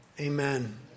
amen